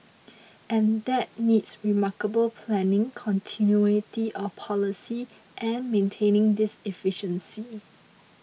and that needs remarkable planning continuity of policy and maintaining this efficiency